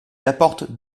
apporte